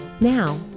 Now